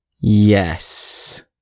Yes